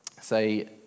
say